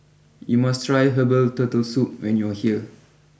you must try Herbal Turtle Soup when you are here